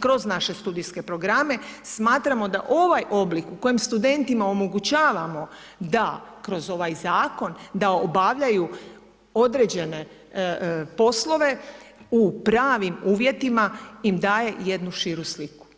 kroz naše studijske programe, smatramo da ovaj oblik u kojem studentima omogućavamo da kroz ovaj zakon, da obavljaju određene poslove u pravim uvjetima im daje jednu širu sliku.